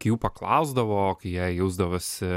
kai jų paklausdavo kai jie jausdavosi